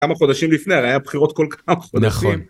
‫כמה חודשים לפני, ‫היה בחירות כל כמ חודשים.